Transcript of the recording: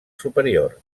superior